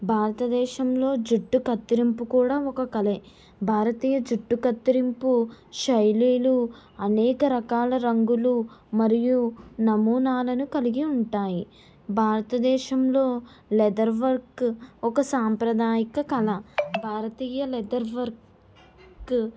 భారతదేశంలో జుట్టు కత్తిరింపు కూడా ఒక కళ భారతీయ జుట్టు కత్తిరింపు శైలులు అనేక రకాల రంగులు మరియు నమూనాలను కలిగి ఉంటాయి భారతదేశంలో లెదర్ వర్క్ ఒక సాంప్రదాయ కళ భారతీయ లెదర్ వర్క్